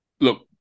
Look